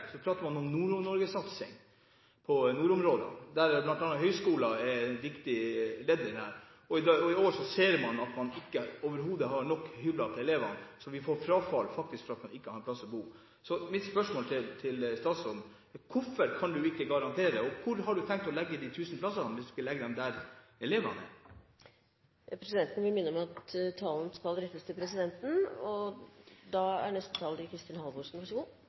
man om Nord-Norge-satsing, satsing på nordområdene, der bl.a. høyskoler er et viktig ledd. I år ser man at man overhodet ikke har nok hybler til elevene, så vi får faktisk frafall fordi man ikke har en plass å bo. Mitt spørsmål til statsråden er: Hvorfor kan du ikke garantere? Og hvor har du tenkt å legge de 1 000 plassene hvis du ikke legger dem der elevene er? Presidenten vil minne om at talen skal rettes til presidenten. Jeg tror at representanten Trældal vil ha en viss forståelse for at det ikke er